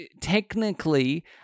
technically